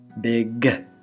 Big